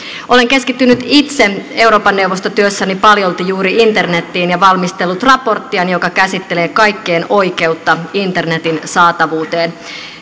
olen keskittynyt itse euroopan neuvosto työssäni paljolti juuri internetiin ja valmistellut raporttiani joka käsittelee kaikkien oikeutta internetin saatavuuteen